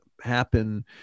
happen